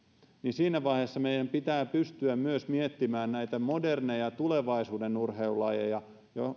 siinä vaiheessa meidän pitää pystyä myös miettimään näitä moderneja tulevaisuuden urheilulajeja